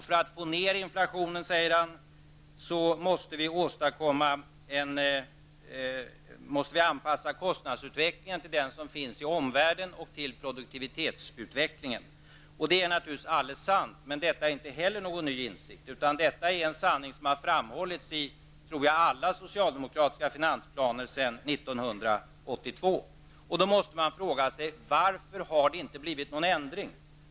För att få ned inflationen, fortsätter han, måste vi anpassa kostnadsutvecklingen till den som råder i omvärlden och till produktivitetsutvecklingen. Det är naturligtvis alldeles sant. Men inte heller detta är någon ny insikt, utan det är en sanning som har framhållits i alla socialdemokratiska finansplaner sedan 1982. Man måste då fråga sig: Varför har det inte blivit någon ändring?